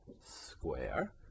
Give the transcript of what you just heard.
square